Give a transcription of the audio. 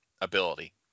ability